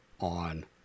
on